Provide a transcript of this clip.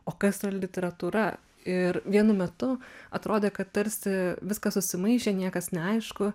o kas yra literatūra ir vienu metu atrodė kad tarsi viskas susimaišė niekas neaišku